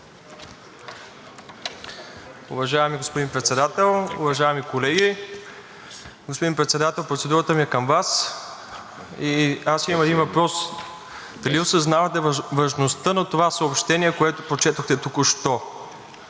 Уважаеми господин Председател, уважаеми колеги! Господин Председател, процедурата ми е към Вас. Имам един въпрос: дали осъзнавате важността на това съобщение, което прочетохте току-що?